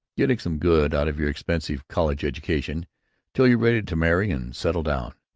getting some good out of your expensive college education till you're ready to marry and settle down.